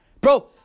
Bro